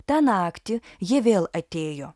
tą naktį jie vėl atėjo